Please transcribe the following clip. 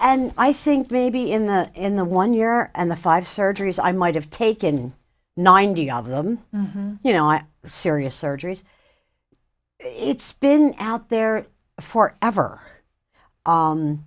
and i think maybe in the in the one year and the five surgeries i might have taken ninety of them you know i'm serious urges it's been out there for ever